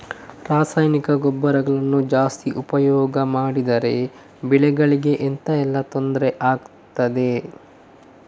ರಾಸಾಯನಿಕ ಗೊಬ್ಬರಗಳನ್ನು ಜಾಸ್ತಿ ಉಪಯೋಗ ಮಾಡಿದರೆ ಬೆಳೆಗಳಿಗೆ ಎಂತ ಎಲ್ಲಾ ತೊಂದ್ರೆ ಆಗ್ತದೆ?